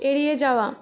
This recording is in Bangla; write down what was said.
এড়িয়ে যাওয়া